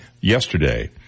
yesterday